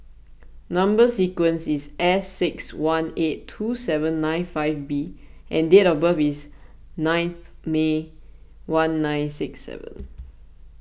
Number Sequence is S six one eight two seven nine five B and date of birth is nine May one nine six seven